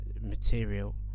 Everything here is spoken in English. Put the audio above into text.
material